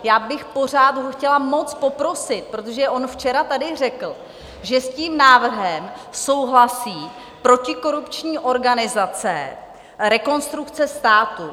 Já bych ho pořád chtěla moc poprosit, protože on tady včera řekl, že s tím návrhem souhlasí protikorupční organizace Rekonstrukce státu.